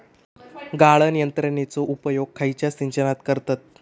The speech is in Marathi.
गाळण यंत्रनेचो उपयोग खयच्या सिंचनात करतत?